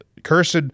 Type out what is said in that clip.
Cursed